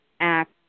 act